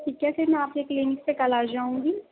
ٹھیک ہے پھر میں آپ کی کلینک پہ کل آ جاؤں گی